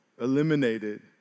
eliminated